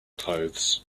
clothes